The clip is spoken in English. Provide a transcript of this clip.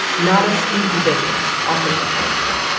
not a sleepy business. also, yes, i looked it up.